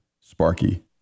Sparky